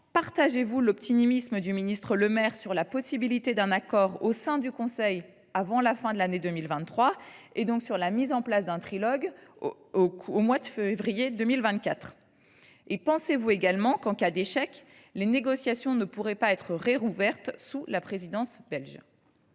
d’État, l’optimisme du ministre Le Maire sur la possibilité d’un accord au sein du Conseil avant la fin de l’année 2023, donc sur la mise en place d’un trilogue au mois de février 2024 ? Pensez vous également qu’en cas d’échec les négociations pourraient être rouvertes par la présidence belge